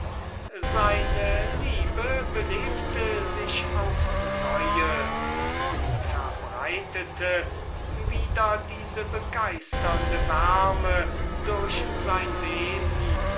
seine liebe belebte sich aufs neue sie verbreitete wieder diese begeisternde wärme durch sein wesen